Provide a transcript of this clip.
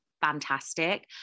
fantastic